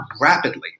rapidly